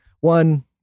one